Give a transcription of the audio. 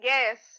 Yes